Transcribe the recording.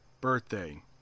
birthday